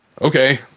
okay